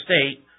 State